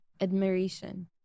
admiration